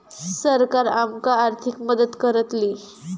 सरकार आमका आर्थिक मदत करतली?